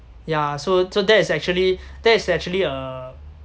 ya so so that is actually that is actually uh